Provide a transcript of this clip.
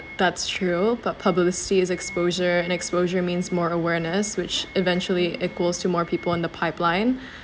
that's true bad publicity is exposure and exposure means more awareness which eventually equals to more people in the pipeline